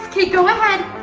kay, go ahead!